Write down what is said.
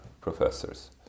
professors